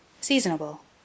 Seasonable